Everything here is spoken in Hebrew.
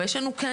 אבל יש לנו כן